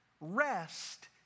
Rest